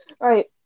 Right